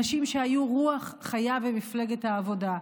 אנשים שהיו רוח חיה במפלגת העבודה,